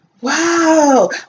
Wow